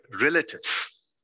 relatives